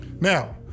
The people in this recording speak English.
Now